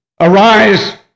arise